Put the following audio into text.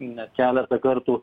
net keletą kartų